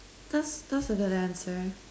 that's that's a good answer